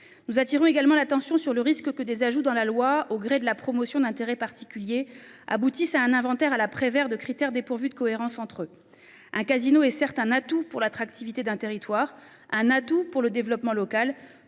nous attire également l'attention sur le risque que des ajouts dans la loi au gré de la promotion d'intérêts particuliers aboutissent à un inventaire à la Prévert de critères dépourvue de cohérence entre. Un casino est certes un atout pour l'attractivité d'un territoire, un atout pour le développement local